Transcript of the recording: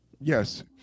Yes